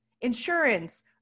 insurance